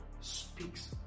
speaks